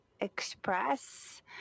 express